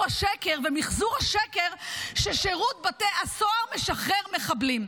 השקר ומחזור השקר ששירות בתי הסוהר משחרר מחבלים.